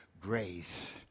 grace